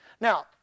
Now